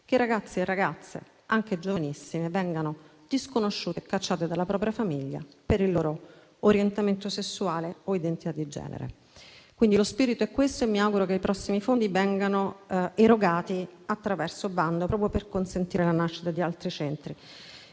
che ragazzi e ragazze, anche giovanissimi, vengano disconosciuti e cacciati dalla propria famiglia per il loro orientamento sessuale o identità di genere. Lo spirito dunque è questo e mi auguro che i prossimi fondi vengano erogati attraverso bando, proprio per consentire la nascita di altri centri.